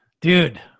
dude